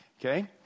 Okay